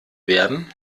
werden